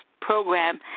program